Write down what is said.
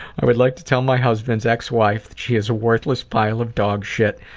i would like to tell my husband's ex-wife that she is a worthless pile of dog shit